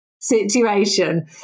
situation